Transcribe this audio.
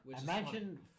Imagine